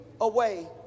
away